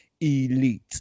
elite